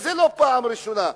וזה לא הפעם הראשונה.